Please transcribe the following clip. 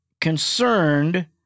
concerned